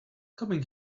coming